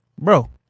bro